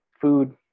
food